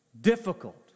difficult